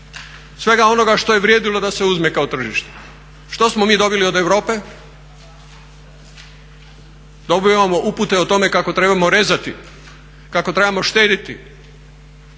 svega onoga što je vrijedilo da se uzme kao tržište. Što smo mi dobili od Europe? Dobivamo upute o tome kako trebamo rezati, kako trebamo štediti.